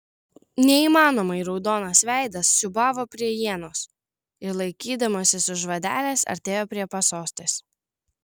neįmanomai raudonas veidas siūbavo prie ienos ir laikydamasis už vadelės artėjo prie pasostės